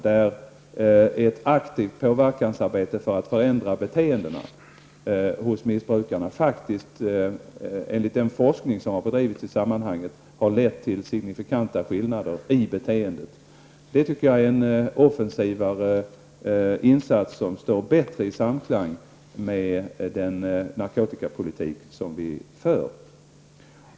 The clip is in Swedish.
Detta arbete för att påverka beteendet hos missbrukarna har faktiskt, enligt den forskning som har bedrivits, lett till signifikanta skillnader i beteendet. Det tycker jag är en offensivare insats som bättre står i samklang med den narkotikapolitik som vi för.